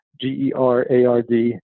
G-E-R-A-R-D